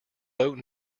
boat